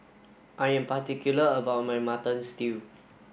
I am particular about my mutton stew